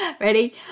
ready